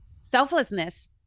selflessness